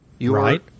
Right